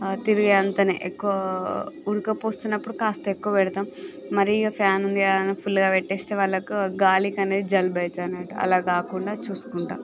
తిరిగే అంతనే ఎక్కువా ఉక్క పోస్తునపుడు కాస్త ఎక్కువ పెడతాం మరి ఫ్యాన్ ఉంది కదా అని ఫుల్గా పెట్టేస్తే వాళ్ళకు గాలికి అనేది జలుబు అవుతుంది అనట్టు అలా కాకుండా చూసుకుంటాను